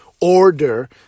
order